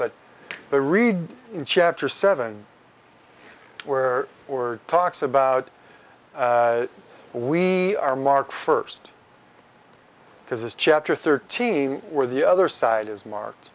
but the read in chapter seven where or talks about we are marked first because it's chapter thirteen where the other side is marked